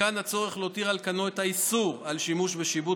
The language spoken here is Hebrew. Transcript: מכאן הצורך להותיר על כנו את איסור השימוש בשיבוט